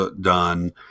done